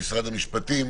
וחזקים.